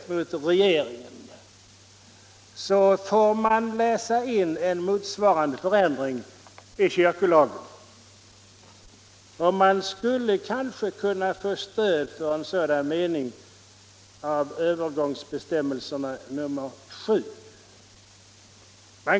Maj:t” mot ”regeringen” får man läsa in en motsvarande förändring i kyrkolagen. Man skulle kanske kunna få stöd för en sådan mening av övergångsbestämmelserna punkten 7.